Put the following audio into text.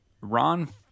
Ron